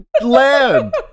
land